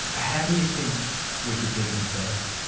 how do you think we could do things better?